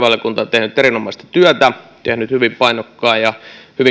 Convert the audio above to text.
tehnyt erinomaista työtä tehnyt hyvin painokkaan ja hyvin